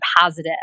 positive